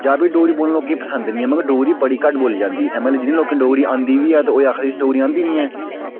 जां भी डोगरी बोलना लोकें गी पसंद निं ऐ मगर डोगरी लोकें ई बड़ी घट्ट बोली जंदी इत्थै ते जि'नें लोकें गी डोगरी औंदी बी ऐ ते ओह् बोलदे डोगरी औंदी निं ऐ असें ई